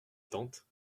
tante